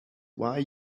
why